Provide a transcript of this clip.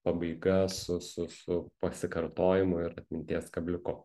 pabaiga su su su pasikartojimu ir atminties kabliuku